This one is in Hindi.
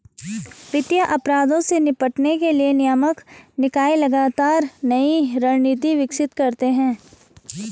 वित्तीय अपराधों से निपटने के लिए नियामक निकाय लगातार नई रणनीति विकसित करते हैं